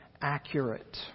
accurate